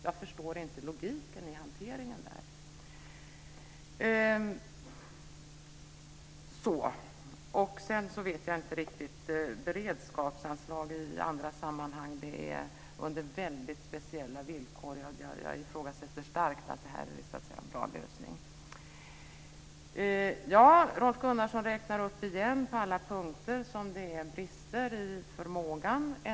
Jag förstår inte logiken i hanteringen där. Beredskapsanslag i andra sammanhang skulle vara under väldigt speciella villkor. Jag ifrågasätter starkt att detta är en bra lösning. Rolf Gunnarsson räknar återigen upp alla punkter där det finns brister i förmågan.